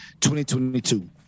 2022